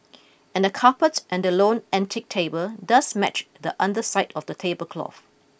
and the carpet and the lone antique table does match the underside of the tablecloth